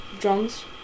drums